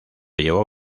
llevó